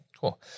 cool